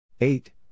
eight